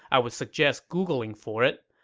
i'd suggest googling for it.